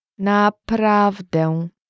Naprawdę